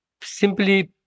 simply